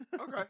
Okay